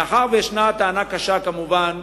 מאחר שיש טענה קשה, כמובן,